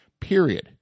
period